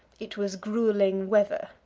it was grueling weather.